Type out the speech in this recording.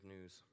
news